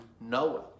Noah